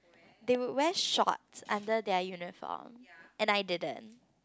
they would wear shorts under their uniform and I didn't